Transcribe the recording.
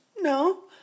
No